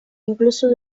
incluso